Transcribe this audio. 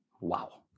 Wow